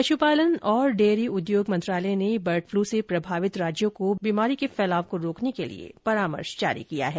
पश्पालन और डेयरी उद्योग मंत्रालय ने बर्ड फ्लू से प्रभवित राज्यों को बीमारी को फैलाव रोकने को लिए परामर्श जारी किया है